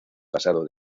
pasado